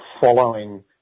following